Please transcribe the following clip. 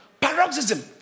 Paroxysm